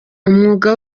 umwuga